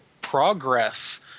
progress